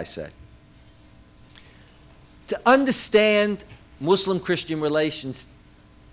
i say to understand muslim christian relations